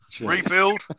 rebuild